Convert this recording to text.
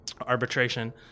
arbitration